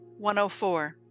104